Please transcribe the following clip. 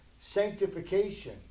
sanctification